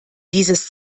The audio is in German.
dieses